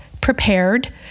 prepared